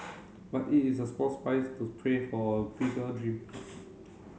but it is a small price to pray for bigger dream